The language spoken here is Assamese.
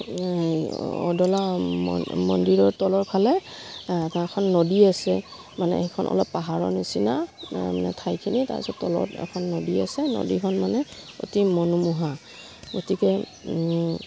অদলা ম মন্দিৰৰ তলৰ ফালে তাৰ এখন নদী আছে মানে এইখন অলপ পাহাৰৰ নিচিনা মানে ঠাইখিনি তাৰপিছত তলত এখন নদী আছে নদীখন মানে অতি মনোমোহা গতিকে